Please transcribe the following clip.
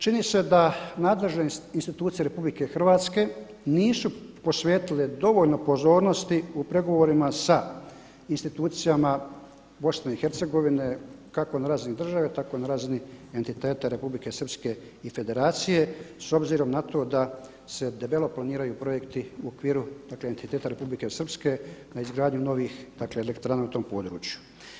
Čini se da nadležne institucije RH nisu posvetile dovoljno pozornosti u pregovorima sa institucijama BiH kako na razini države tako na razini entiteta Republike Srpske i Federacije s obzirom na to da se debelo planiraju projekti u okviru entiteta Republike Srpske na izgradnju novih elektrana u tom području.